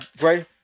Right